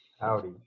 Howdy